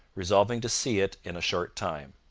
resolving to see it in a short time.